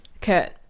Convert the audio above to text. kurt